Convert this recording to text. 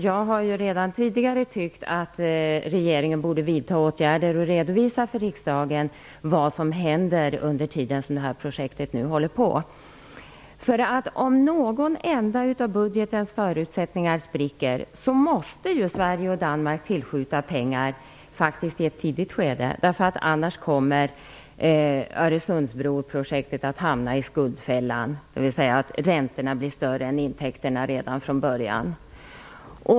Jag har ju redan tidigare tyckt att regeringen borde vidta åtgärder och redovisa för riksdagen vad som händer under tiden som projektet håller på. Om någon enda av budgetens förutsättningar spricker, måste ju Sverige och Danmark tillskjuta pengar i ett tidigt skede. Annars kommer Öresundsbroprojektet att hamna i skuldfällan, dvs. att räntorna blir större än intäkterna redan från början.